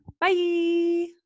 Bye